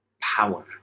power